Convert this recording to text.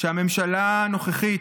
שהממשלה הנוכחית,